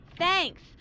Thanks